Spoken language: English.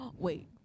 Wait